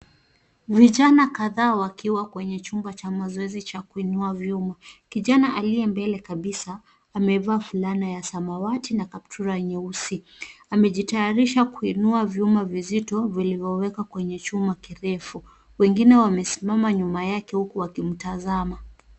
Vijana kadhaa wakiwa kwenye chumba cha mazoezi cha kuinua vyuma. Kijana aliye mbele kabisa amevaa fulana ya samawati na kaptura nyeusi. Amejitayarisha kuinua vyuma vizito vilivyowekwa kwenye chuma kirefu. Wengine wamesimama nyuma yake huku wakimtazama.